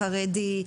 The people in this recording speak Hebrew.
חרדי,